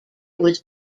was